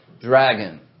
dragon